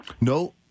No